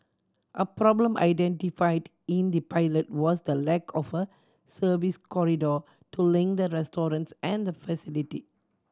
a problem identified in the pilot was the lack of a service corridor to link the restaurants and the facility